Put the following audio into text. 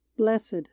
Blessed